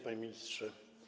Panie Ministrze!